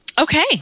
Okay